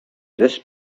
this